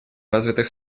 развитых